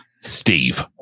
Steve